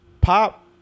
Pop